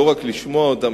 לא רק לשמוע אותם,